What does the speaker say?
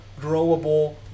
growable